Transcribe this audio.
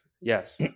yes